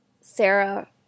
Sarah